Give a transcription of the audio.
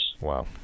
Wow